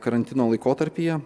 karantino laikotarpyje